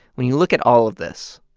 when you look at all of this,